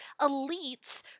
elites